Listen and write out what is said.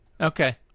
Okay